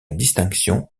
distinction